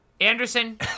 Anderson